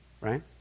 right